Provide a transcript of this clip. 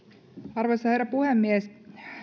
arvoisa herra puhemies